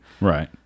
Right